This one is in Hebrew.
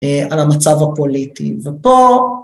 על המצב הפוליטי, ופה